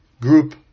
group